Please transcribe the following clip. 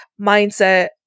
mindset